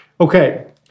Okay